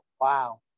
wow